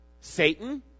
Satan